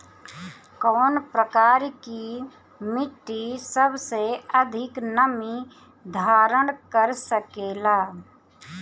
कौन प्रकार की मिट्टी सबसे अधिक नमी धारण कर सकेला?